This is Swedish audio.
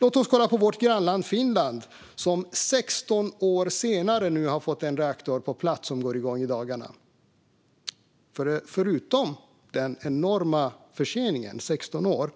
Låt oss kolla på vårt grannland Finland, som 16 år senare har fått en reaktor på plats som går igång i dagarna: Förutom den enorma förseningen på 16 år